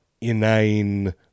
inane